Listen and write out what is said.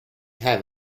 have